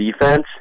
defense